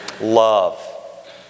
love